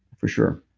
for sure